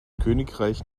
königreich